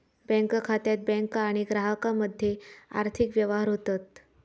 bank खात्यात bank आणि ग्राहकामध्ये आर्थिक व्यवहार होतत